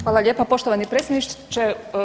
Hvala lijepa poštovani predsjedniče.